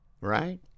right